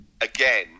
again